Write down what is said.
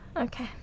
Okay